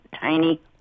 tiny